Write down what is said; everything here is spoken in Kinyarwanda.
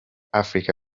africa